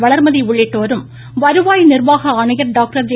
வளர்மதி உள்ளிட்டோரும் வருவாய் நிர்வாக ஆணையர் டாக்டர் ஜே